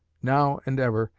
now and ever,